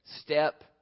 step